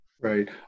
Right